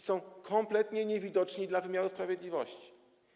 Są kompletnie niewidoczni dla wymiaru sprawiedliwości.